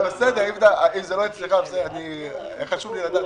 אם זה לא אצלך, חשוב לי לדעת.